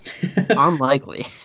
Unlikely